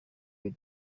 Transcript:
you